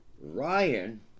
Ryan